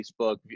facebook